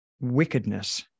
wickedness